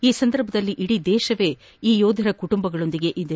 ಈ ಸಂದರ್ಭದಲ್ಲಿ ಇಡೀ ದೇಶವೇ ಆ ಯೋಧರ ಕುಟುಂಬಗಳೊಂದಿಗೆ ಇದೆ